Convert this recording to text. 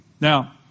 Now